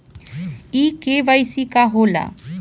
इ के.वाइ.सी का हो ला?